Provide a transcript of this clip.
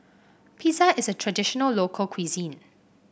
pizza is a traditional local cuisine